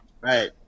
right